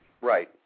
Right